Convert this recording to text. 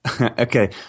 okay